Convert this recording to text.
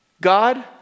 God